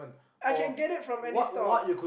I can get that from any store ah